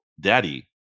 daddy